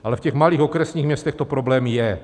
Ale v malých okresních městech to problém je.